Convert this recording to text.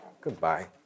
Goodbye